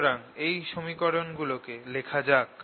সুতরাং এই সমীকরণ গুলো লেখা যাক